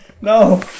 No